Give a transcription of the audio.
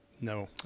no